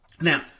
Now